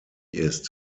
ist